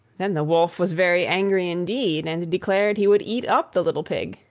then the wolf was very angry indeed, and declared he would eat up the little pig,